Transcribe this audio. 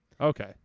Okay